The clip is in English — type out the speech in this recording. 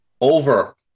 over